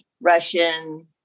Russian